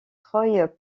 troyes